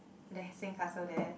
at the sandcastle there